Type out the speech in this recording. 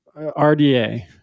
RDA